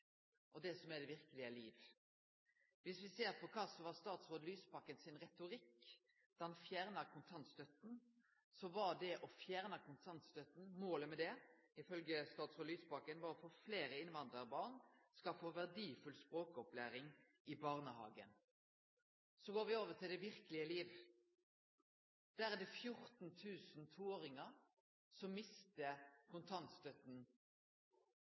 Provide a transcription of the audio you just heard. og det som er det verkelege liv. Dersom me ser på kva som var statsråd Lysbakken sin retorikk da han fjerna kontantstøtta for toåringar, var målet ifølgje statsråd Lysbakken at fleire innvandrarbarn skal få verdifull språkopplæring i barnehagen. Så går me over til det verkelege liv: Det er 14 000 toåringar som mistar kontantstøtta. Og ser me på kva som er det